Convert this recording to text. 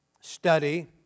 study